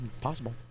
possible